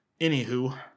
Anywho